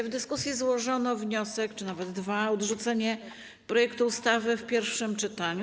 W dyskusji złożono wniosek, czy nawet dwa, o odrzucenie projektu ustawy w pierwszym czytaniu.